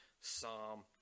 Psalm